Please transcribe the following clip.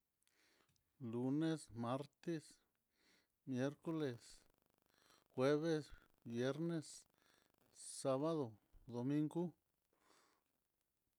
Lunes, martes, miercoles, jueves, viernes, sabado, domingo.